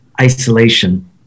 isolation